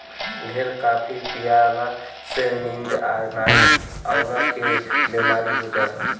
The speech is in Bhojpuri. ढेर काफी पियला से नींद नाइ अवला के बेमारी हो जाला